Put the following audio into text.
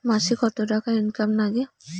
মাসে কত টাকা ইনকাম নাগে?